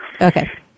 Okay